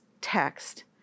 text